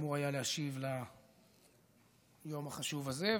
שאמור היה להשיב ביום החשוב הזה,